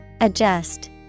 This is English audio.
Adjust